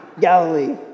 Galilee